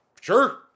sure